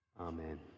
Amen